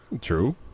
True